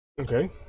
Okay